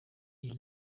est